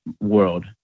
world